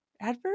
adverb